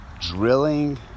drilling